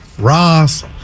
Ross